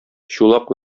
чулак